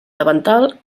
davantal